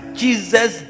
jesus